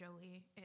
Jolie